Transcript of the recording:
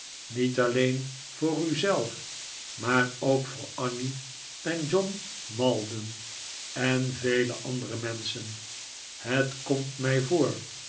niet alleen voor u zelf maar ook voor annie en john maldon en vele andere menschen het komt mij voor